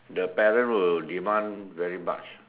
the parent will demand very much